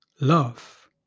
love